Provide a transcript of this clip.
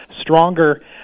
stronger